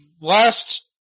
last